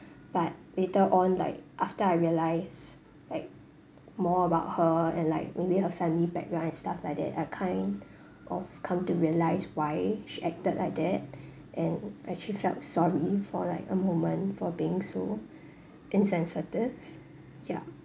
but later on like after I realise like more about her and like maybe her family background and stuff like that I kind of come to realise why she acted like that and I actually felt sorry for like a moment for being so insensitive yup